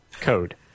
code